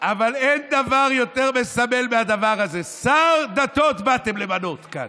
אבל אין דבר יותר מסמל מהדבר הזה: שר דתות באתם למנות כאן.